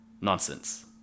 nonsense